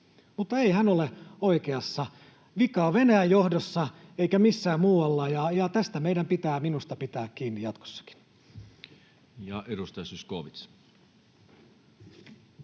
Mutta ei hän ole oikeassa. Vika on Venäjän johdossa eikä missään muualla, ja tästä meidän pitää minusta pitää kiinni jatkossakin. [Speech